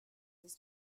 his